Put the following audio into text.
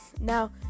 Now